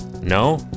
No